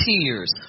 tears